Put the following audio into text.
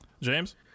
james